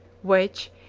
which,